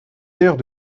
pairs